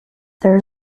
there